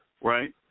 right